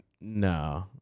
no